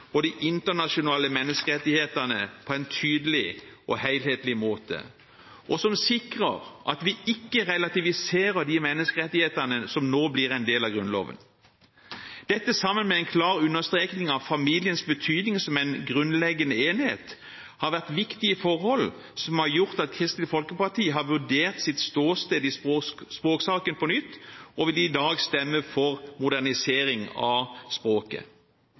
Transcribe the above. og de internasjonale menneskerettighetene på en tydelig og helhetlig måte, og som sikrer at vi ikke relativiserer de menneskerettighetene som nå blir en del av Grunnloven. Dette sammen med en klar understrekning av familiens betydning som en grunnleggende enhet har vært viktige forhold som har gjort at Kristelig Folkeparti har vurdert sitt ståsted i språksaken på nytt, og vil i dag stemme for modernisering av språket.